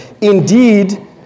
Indeed